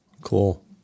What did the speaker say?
Cool